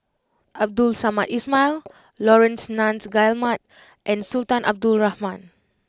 Abdul Samad Ismail Laurence Nunns Guillemard and Sultan Abdul Rahman